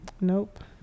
Nope